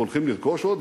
והולכים לרכוש עוד,